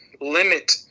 limit